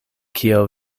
kio